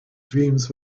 dreams